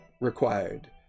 required